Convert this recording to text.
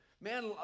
Man